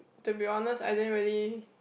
to be honest I didn't really